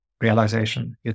realization